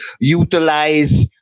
Utilize